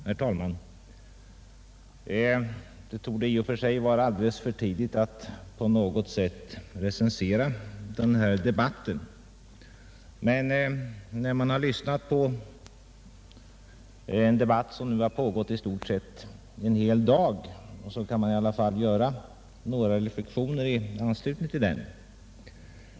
Herr talman! Det torde i och för sig vara alldeles för tidigt att på något sätt recensera denna debatt, men när debatten nu har pågått i stort sett en hel dag kan man i alla fall göra några reflexioner i anslutning till den.